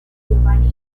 giovanni